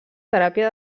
teràpia